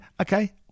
Okay